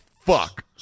fuck